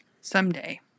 Someday